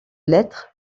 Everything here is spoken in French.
lettres